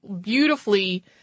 beautifully